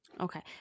Okay